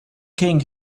king